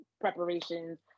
preparations